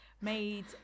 made